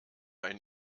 ein